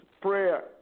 Prayer